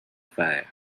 fer